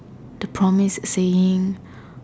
the promise saying